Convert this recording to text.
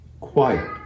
Quiet